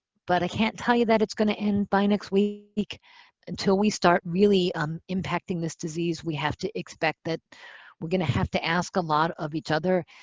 but i can't tell you that it's going to end by next week week until we start really um impacting this disease, we have to expect that we're going to have to ask a lot of each other